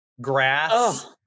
grass